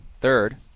third